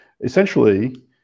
essentially